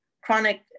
chronic